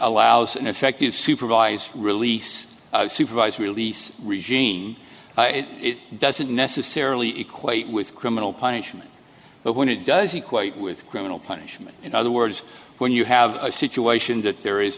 allows an effective supervised release supervised release regime it doesn't necessarily equate with criminal punishment but when it does it quite with criminal punishment in other words when you have a situation that there is